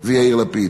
זה יאיר לפיד.